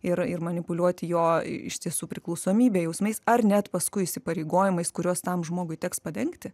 ir ir manipuliuoti jo iš tiesų priklausomybę jausmais ar net paskui įsipareigojimais kuriuos tam žmogui teks padengti